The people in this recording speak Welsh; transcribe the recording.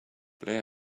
ble